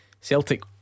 Celtic